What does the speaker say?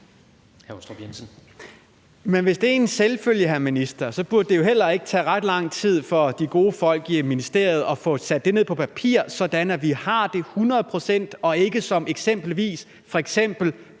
(V): Hvis det er en selvfølge, hr. minister, så burde det jo heller ikke tage ret lang tid for de gode folk i ministeriet at få sat det ned på papir, sådan at det er hundrede procent